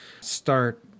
start